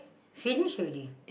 finish already